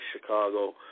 Chicago